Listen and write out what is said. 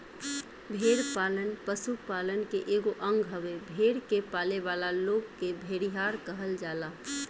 भेड़ पालन पशुपालन के एगो अंग हवे, भेड़ के पालेवाला लोग के भेड़िहार कहल जाला